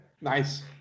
Nice